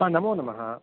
हा नमो नमः